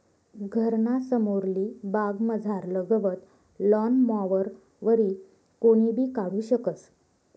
घरना समोरली बागमझारलं गवत लॉन मॉवरवरी कोणीबी काढू शकस